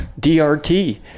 DRT